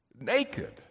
naked